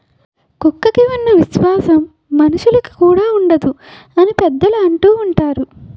కుక్కకి ఉన్న విశ్వాసం మనుషులుకి కూడా ఉండదు అని పెద్దలు అంటూవుంటారు